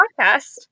podcast